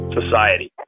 society